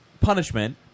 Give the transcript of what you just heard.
punishment